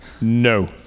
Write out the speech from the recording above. No